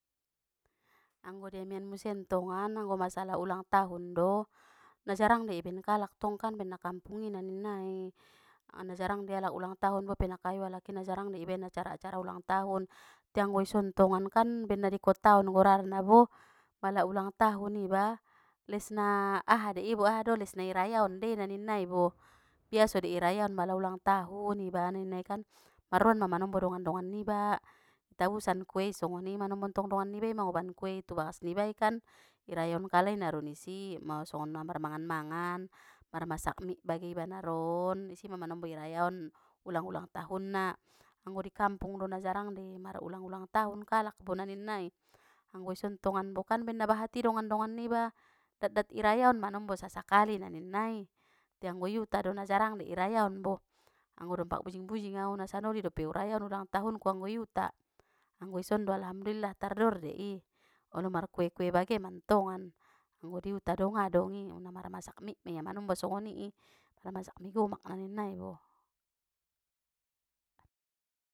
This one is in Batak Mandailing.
Anggo di amian museng tongan, anggo masalah ulang tahun do, na jarang dei ibaen kalak tong kan ambaen na kampungi na ninna i, a na jarang dei alaki ulang tahun bope na kayo alaki na jarang dei ibaen acara acara ulang tahun, te anggo i son tongan kan ambaen nai kota on golarna na bo, pala ulang tahun iba, les na aha dei bo aha do nai rayaon dei na ninna i bo, biaso dei i rayaon pala ulang tahun iba i ninna i kan, marroan ma manombo dongan dongan niba, i tabusan kuei songoni manombo tong dongan nibai mangoban kue tu bagas niba i kan, i rayaon kalai naron isi, mao na songon mar mangan mangan, marmasak mik bangen iba naron, isi ma manombo irayaon, ulang ulang tahunna, anggo nai kampung do na jarang dei mar ulang ulang tahun kalak bo na ninna i, anggo ison tongan bo kan ambaen na bahati dongan donagn niba, dat dat i rayaon manombo sasakali na ninnai, te anggo iuta do na jarang dei i rayaon boh, anggo ompak bujing bujing au nasanoli dope urayaon ulang tahunku anggo iuta, anggo isondo alhamdulillah tar dor dei i, ono mar kue kue bage mantongan, anggo di uta do ngga dongi, um na marmasak mik maia manombo songoni i, marmasak mie gomak na ninna i bo.